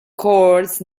courts